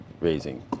raising